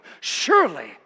surely